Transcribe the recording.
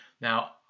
Now